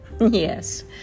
yes